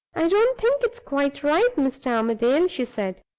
i don't think it's quite right, mr. armadale, she said,